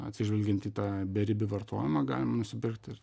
atsižvelgiant į tą beribį vartojimą galima nusipirkt ir